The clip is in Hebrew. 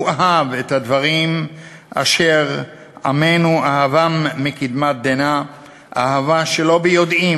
הוא אהב את הדברים אשר עמנו אהבם מקדמת דנא אהבה שלא ביודעין,